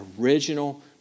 original